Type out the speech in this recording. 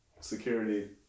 security